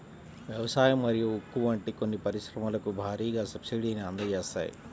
వ్యవసాయం మరియు ఉక్కు వంటి కొన్ని పరిశ్రమలకు భారీగా సబ్సిడీని అందజేస్తాయి